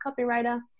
copywriter